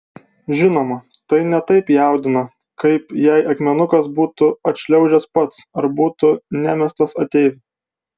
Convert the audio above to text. žinoma tai ne taip jaudina kaip jei akmenukas būtų atšliaužęs pats ar būtų nemestas ateivių